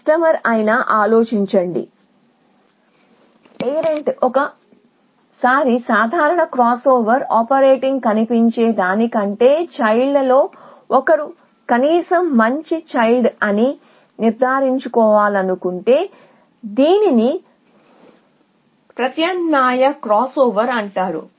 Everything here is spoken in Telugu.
ఆలోచించండి ఏ కస్టమర్ అయినా పేరెంట్ 1 ఒకసారి సాధారణ క్రాస్ఓవర్ ఆపరేటర్గా కనిపించే దానికంటే చైల్డ్ లలో ఒకరు కనీసం మంచి చైల్డ్ అని నిర్ధారించుకోవాలనుకుంటే దీనిని ప్రత్యామ్నాయ క్రాస్ఓవర్ అంటారు